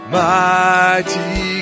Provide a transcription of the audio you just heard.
mighty